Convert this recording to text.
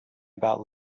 about